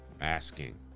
asking